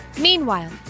Meanwhile